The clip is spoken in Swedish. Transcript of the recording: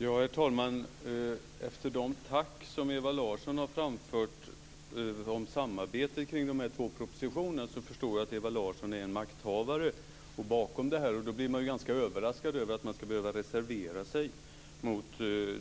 Herr talman! Efter de tack Ewa Larsson har framfört om samarbetet kring propositionen förstår jag att Ewa Larsson är en makthavare. Då blir jag ganska överraskad över att man måste reservera sig mot